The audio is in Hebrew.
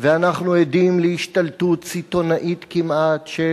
ואנחנו עדים להשתלטות סיטונית כמעט של